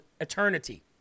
Eternity